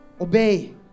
obey